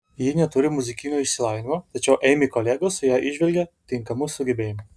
ji neturi muzikinio išsilavinimo tačiau eimi kolegos joje įžvelgia tinkamų sugebėjimų